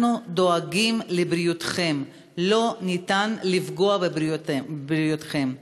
אנחנו דואגים לבריאותכם, לא ניתן לפגוע בבריאותכם.